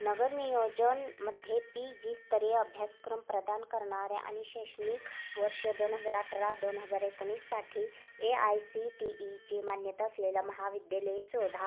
नगर नियोजनामध्ये P G स्तरीय अभ्यासक्रम प्रदान करणाऱ्या आणि शैक्षणिक वर्ष दोन हजार अठरा दोन हजार एकोणीससाठी ए आय सी टी ईची मान्यता असलेल्या महाविद्यालये शोधा